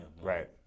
right